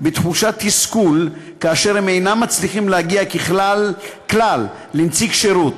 תחושת תסכול כאשר הם אינם מצליחים להגיע כלל לנציג שירות,